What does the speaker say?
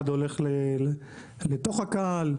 אחד הולך לתוך הקהל,